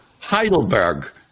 Heidelberg